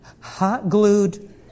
hot-glued